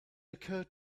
occurred